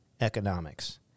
economics